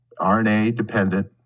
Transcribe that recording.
RNA-dependent